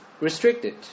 restricted